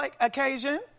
occasion